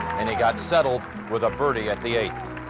and i got settled with a birdie at the eighth.